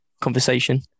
conversation